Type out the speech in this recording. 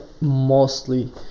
mostly